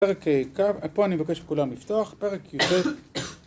פרק כ', פה אני מבקש שכולם לפתוח, פרק יפה.